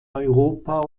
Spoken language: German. europa